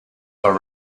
are